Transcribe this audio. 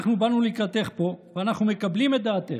אנחנו באנו לקראתך פה ואנחנו מקבלים את דעתך,